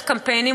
דרך קמפיינים,